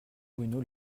bruno